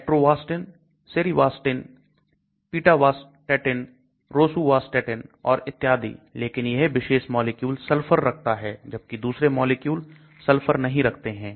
Atorvastatin cerivastatin pitavastatin rosuvastatin और इत्यादि लेकिन यह विशेष मॉलिक्यूल सल्फर रखता है जबकि दूसरे मॉलिक्यूल सल्फर नहीं रखते हैं